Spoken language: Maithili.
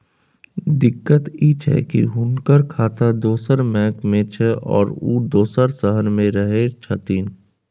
दिक्कत इ छै की हुनकर खाता दोसर बैंक में छै, आरो उ दोसर शहर में रहें छथिन